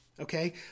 Okay